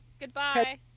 Goodbye